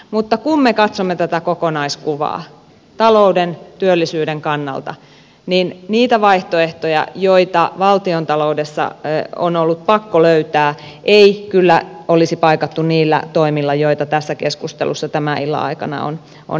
mutta kun me katsomme tätä kokonaiskuvaa talouden työllisyyden kannalta niin niitä vaihtoehtoja joita valtiontaloudessa on ollut pakko löytää ei kyllä olisi paikattu niillä toimilla joita tässä keskustelussa tämän illan aikana on ehdotettu